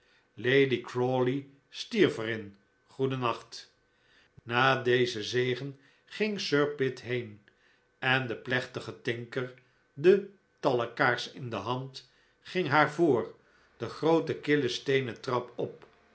lady crawley stierf er in goeden nacht na dezen zegen ging sir pitt heen en de plechtige tinker de talkkaars in de hand ging haar voor de groote kille steenen trap op